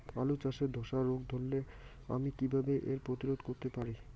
আলু চাষে ধসা রোগ ধরলে আমি কীভাবে এর প্রতিরোধ করতে পারি?